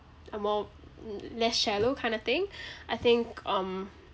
a more less shallow kind of thing I think um